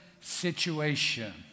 situation